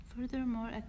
Furthermore